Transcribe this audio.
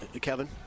Kevin